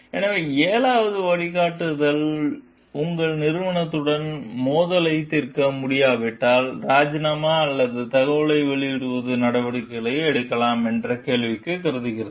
எனவே ஏழாவது வழிகாட்டுதல் உங்கள் நிறுவனத்துடன் மோதலைத் தீர்க்க முடியாவிட்டால் ராஜினாமா அல்லது தகவல்களை வெளியிடும் நடவடிக்கைகளை எடுக்கலாமா என்ற கேள்வியைக் கருதுகிறது